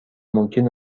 ممکن